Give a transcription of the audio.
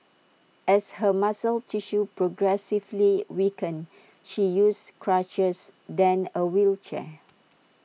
as her muscle tissue progressively weakened she used crutches then A wheelchair